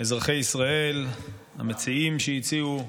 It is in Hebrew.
אזרחי ישראל, המציעים שהציעו,